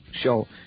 show